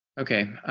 okay,